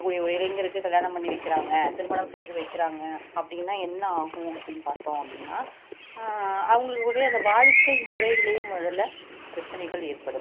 இருக்கக்கூடிய ஒரு இளைஞருக்கு கல்யாணம் பண்ணி வைக்கிறாங்க திருமணம் செய்து வைக்கிறாங்க அப்படின்னா என்ன ஆகும் அப்படின்னு பார்த்தோம் அப்படின்னா அவங்களுக்கு கூடயே அந்த வாழ்க்கை முறையிலே முதல்ல பிரச்சினைகள் ஏற்படும்